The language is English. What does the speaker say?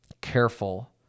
careful